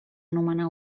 anomenar